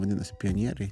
vadinasi pionieriai